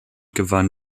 gewann